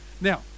Now